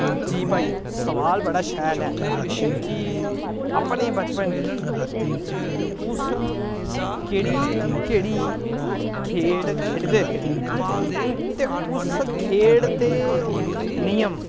जी भाई सोआल बड़ा शैल ऐ कि अपने बचपन च तुस केह्ड़ी केह्ड़ी खेढ खेढदे हे ते उस खेढ दे नियम